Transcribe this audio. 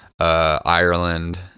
ireland